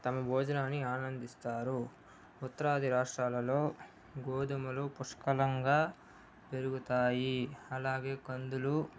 తమ భోజనాన్ని ఆనందిస్తారు ఉత్తరాది రాష్ట్రాలలో గోధుమలు పుష్కలంగా పెరుగుతాయి అలాగే కందులు